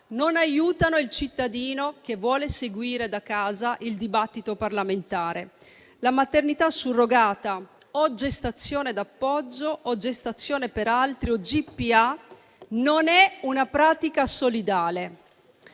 non aiuta il cittadino che vuole seguire da casa il dibattito parlamentare. La maternità surrogata, o gestazione d'appoggio, o gestazione per altri (GPA) non è una pratica solidale.